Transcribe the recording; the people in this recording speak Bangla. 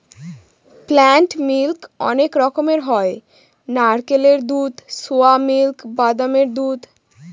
প্লান্ট মিল্ক অনেক রকমের হয় নারকেলের দুধ, সোয়া মিল্ক, বাদামের দুধ